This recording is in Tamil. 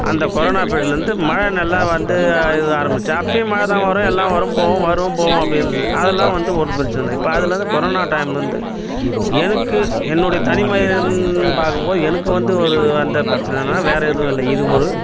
அந்த கொரோனா பிரியட்லேருந்து மழை நல்லா வந்து ஆ ஆரம்பிச்சி அப்போயும் மழை தான் வரும் எல்லாம் வரும் போகும் வரும் போகும் அப்படி இருந்துது அதெல்லாம் வந்து ஒரு பிரச்சனை இல்லை இப்போ அதுலேருந்து கொரோனா டைம் வந்து எனக்கு என்னோடைய தனிமை இருந்து பார்க்கும் போது எனக்கு வந்து ஒரு வந்த பிரச்சனைன்னா வேற எதுவும் இல்லை இது ஒரு